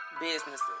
businesses